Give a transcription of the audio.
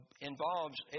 involves